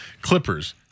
Clippers